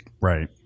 Right